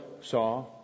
saw